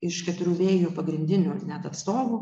iš keturių vėjų pagrindinių net atstovų